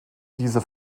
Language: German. diese